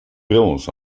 bills